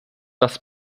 das